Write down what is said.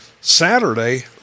Saturday